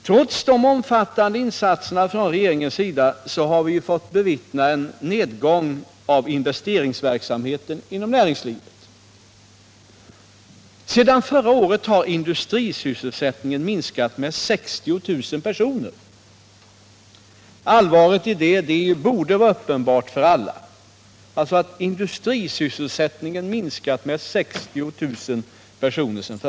Trots de omfattande insatserna från regeringens sida har vi fått bevittna en nedgång av investeringsverksamheten inom näringslivet. Sedan förra året har industrisysselsättningen minskat med 60 000 personer. Allvaret i detta borde vara uppenbart för alla.